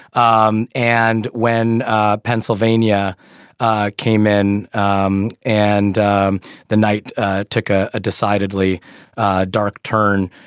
um and when ah pennsylvania ah came in um and the night ah took ah a decidedly dark turn.